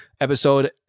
episode